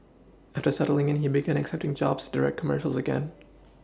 after settling in he began accepting jobs direct commercials again